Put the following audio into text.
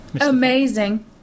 Amazing